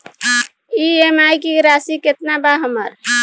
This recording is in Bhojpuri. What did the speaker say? ई.एम.आई की राशि केतना बा हमर?